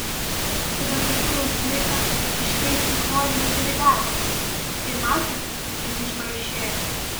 tada pasiūliau smuiką iškeisti į chorinį dirigavimą ir matote kas iš to išėjo